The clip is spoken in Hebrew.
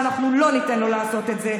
ואנחנו לא ניתן לו לעשות את זה.